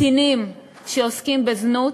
קטינים שעוסקים בזנות,